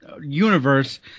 universe